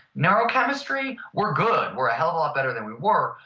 neurochemistry, we're good. we're a whole of a lot better than we were.